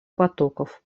потоков